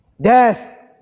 Death